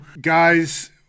Guys